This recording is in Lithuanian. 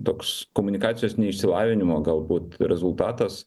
toks komunikacijos neišsilavinimo galbūt rezultatas